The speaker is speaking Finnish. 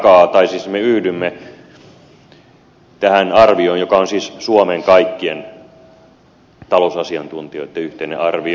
me yhdymme tähän arvioon joka on siis suomen kaikkien talousasiantuntijoitten yhteinen arvio